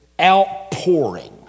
outpouring